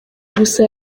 gusa